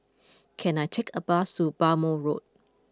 can I take a bus Bhamo Road